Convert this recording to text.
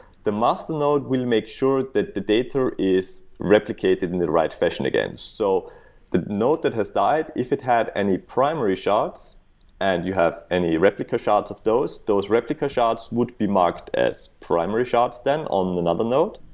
the master node will make sure that the data is replicated in the right fashion against. so the node that had died, if it had any primary shards and you have any replica shards of those, those replica shards would be marked as primary shards then on another node.